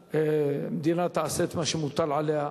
שהמדינה תעשה את מה שמוטל עליה,